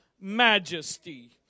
majesty